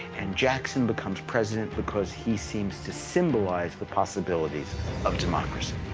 and jackson becomes president because he seems to symbolize the possibilities of democracy.